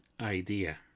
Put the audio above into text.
idea